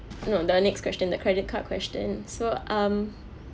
no the next question the credit card question so um